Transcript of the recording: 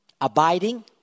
abiding